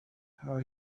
how